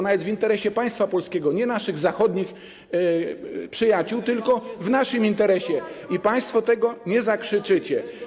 Ona jest w interesie państwa polskiego, nie naszych zachodnich przyjaciół, tylko w naszym interesie i państwo tego nie zakrzyczycie.